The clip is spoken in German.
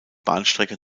bahnstrecke